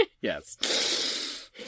Yes